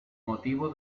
motivo